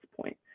point